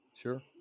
Sure